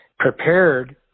prepared